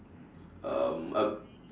um uh